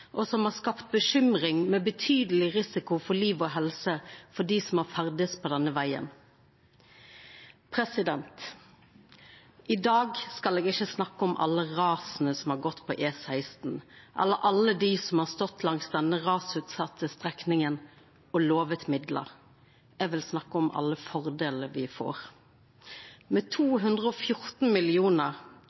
og bane som har vore rasutsett, og som har skapt bekymring med betydeleg risiko for liv og helse for dei som har ferdast på denne vegen. I dag skal eg ikkje snakka om alle rasa som har gått på E16, eller alle dei som har stått langs denne rasutsette strekninga og lovd midlar. Eg vil snakka om alle fordelane me får. Med 214